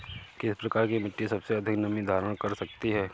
किस प्रकार की मिट्टी सबसे अधिक नमी धारण कर सकती है?